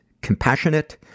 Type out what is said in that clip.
compassionate